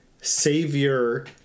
savior